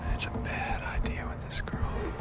it's a bad idea with this girl.